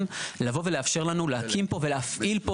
לבוא ולאפשר לנו להקים פה ולהפעיל פה